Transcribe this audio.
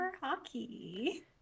hockey